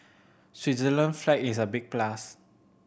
Switzerland flag is a big plus